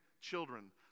children